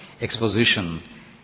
exposition